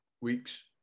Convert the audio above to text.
weeks